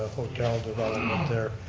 hotel development um there,